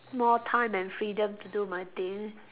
more time and freedom to do my things